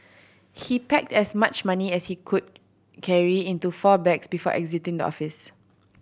he packed as much money as he could carry into four bags before exiting the office